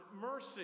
mercy